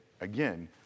again